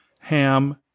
Ham